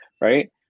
right